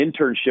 internship